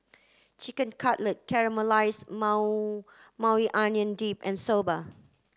Chicken Cutlet Caramelized Maui Onion Dip and Soba